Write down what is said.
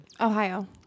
Ohio